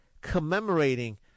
commemorating